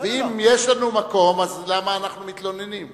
ואם יש לנו מקום, אז למה אנחנו מתלוננים?